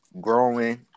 growing